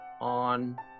on